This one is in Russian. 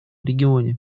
регионе